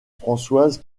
françoise